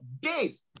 days